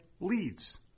leads